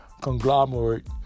conglomerate